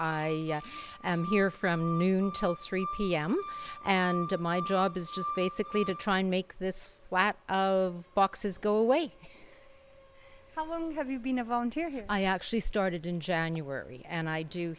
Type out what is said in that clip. i am here from noon until three pm and to my job is just basically to try and make this flat of boxes go away how long have you been a volunteer here i actually started in january and i do